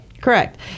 correct